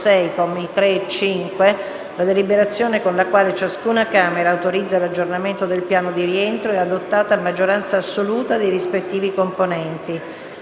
la deliberazione con la quale ciascuna Camera autorizza l'aggiornamento del piano di rientro è adottata a maggioranza assoluta dei rispettivi componenti.